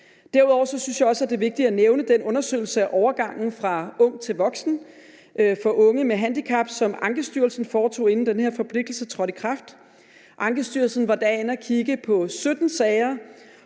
det er vigtigt at nævne den undersøgelse af overgangen fra ung til voksen for unge med handicap, som Ankestyrelsen foretog, inden den her forpligtelse trådt i kraft. Ankestyrelsen var dengang inde at kigge på 17 sager,